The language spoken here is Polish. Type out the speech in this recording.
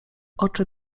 oczy